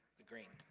the green?